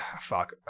fuck